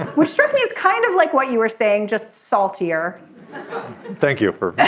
which frankly is kind of like what you were saying just saltier thank you for